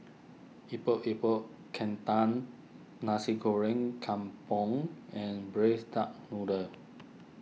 Epok Epok Kentang Nasi Goreng Kampung and Braised Duck Noodle